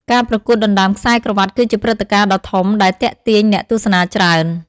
ការប្រកួតដណ្តើម ខ្សែក្រវាត់ គឺជាព្រឹត្តិការណ៍ដ៏ធំដែលទាក់ទាញអ្នកទស្សនាច្រើន។